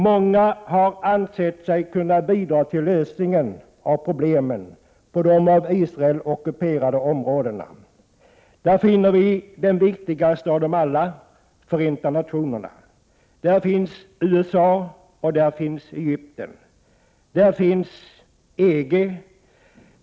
Många har ansett sig kunna bidra till lösningen av problemen i de av Israel ockuperade områdena. Där finns den viktigaste av dem alla, Förenta nationerna, och där finns USA, Egypten och EG.